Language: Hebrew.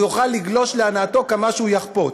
והוא יוכל לגלוש להנאתו כמה שהוא יחפוץ.